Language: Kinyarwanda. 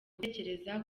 gutekereza